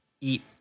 Eat